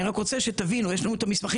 אני רק רוצה שתבינו: יש לנו את המסמכים